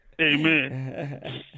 Amen